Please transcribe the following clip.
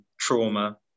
trauma